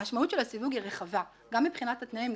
המשמעות של הסיווג היא רחבה גם מבחינת התנאים,